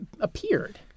appeared-